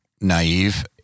naive